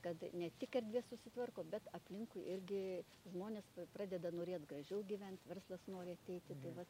kad ne tik erdvės susitvarko bet aplinkui irgi žmonės pradeda norėt gražiau gyvent verslas nori ateiti tai vat